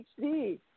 PhD